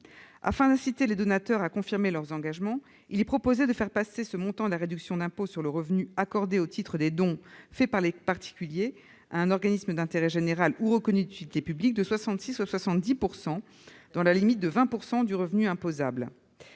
Afin d'inciter les donateurs à confirmer leur engagement, il est proposé d'augmenter le montant de la réduction d'impôt sur le revenu accordée au titre des dons faits par les particuliers à un organisme d'intérêt général ou reconnu d'utilité publique de 66 % à 70 %, dans la limite de 20 % du revenu imposable.